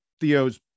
Theo's